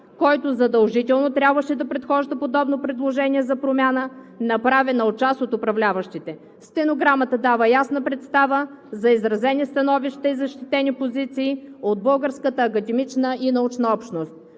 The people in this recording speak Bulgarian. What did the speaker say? което задължително трябваше да предхожда подобно предложение за промяна, направено от част от управляващите. Стенограмата дава ясна представа за изразени становища и защитени позиции от българската академична и научна общност.